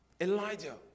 Elijah